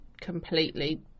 completely